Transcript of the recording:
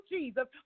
Jesus